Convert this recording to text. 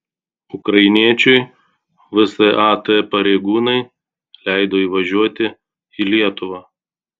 ukrainiečiui vsat pareigūnai leido įvažiuoti į lietuvą